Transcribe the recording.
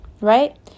right